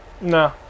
No